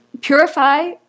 purify